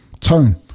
tone